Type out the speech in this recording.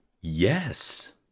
Yes